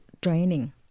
draining